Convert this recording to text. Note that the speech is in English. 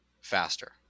faster